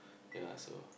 ya so